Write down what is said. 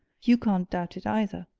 you can't doubt it, either.